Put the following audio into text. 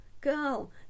girl